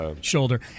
shoulder